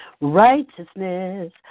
Righteousness